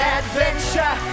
adventure